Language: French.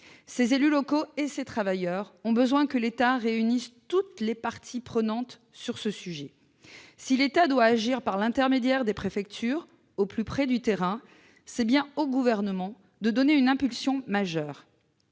Ces élus locaux et ces travailleurs ont besoin que l'État réunisse toutes les parties prenantes sur ce sujet. Si l'État doit agir par l'intermédiaire des préfectures, au plus près du terrain, c'est bien au Gouvernement de donner une impulsion majeure.